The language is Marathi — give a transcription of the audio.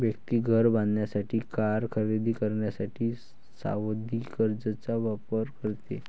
व्यक्ती घर बांधण्यासाठी, कार खरेदी करण्यासाठी सावधि कर्जचा वापर करते